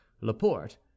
laporte